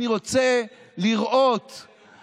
אני לא זוכר שלאיראן היו 60,000 מתים במלחמת יום כיפור.